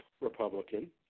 Republican